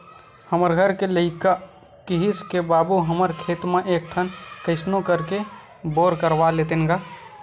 हमर घर के लइका किहिस के बाबू हमर खेत म एक ठन कइसनो करके बोर करवा लेतेन गा